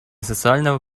социального